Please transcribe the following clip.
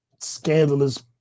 scandalous